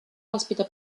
ospita